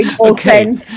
okay